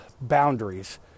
boundaries